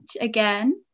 again